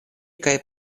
kaj